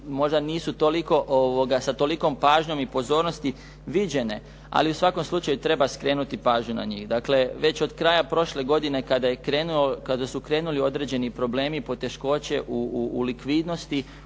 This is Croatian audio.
možda nisu sa tolikom pažnjom i pozornosti viđene ali u svakom slučaju treba skrenuti pažnju na njih. Dakle, već od kraja prošle godine kada su krenuli određeni problemi i poteškoće i likvidnosti